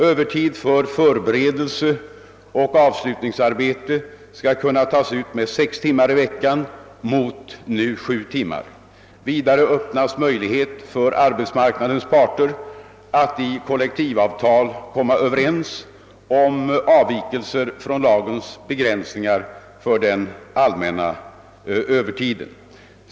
Övertid för förberedelseoch avslutningsarbete skall kunna tas ut med 6 timmar i veckan mot nu 7 timmar. Vidare öppnas möjlighet för arbetsmarknadens parter att i kollektivavtal kom ma överens om avvikelser från lagens begränsningar i fråga om den allmänna övertiden.